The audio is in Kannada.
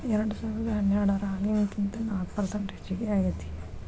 ಎರೆಡಸಾವಿರದಾ ಹನ್ನೆರಡರಾಗಿನಕಿಂತ ನಾಕ ಪರಸೆಂಟ್ ಹೆಚಗಿ ಆಗೇತಿ